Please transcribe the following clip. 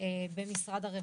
במשרד הרווחה.